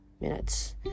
minutes